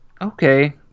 okay